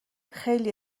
خیلی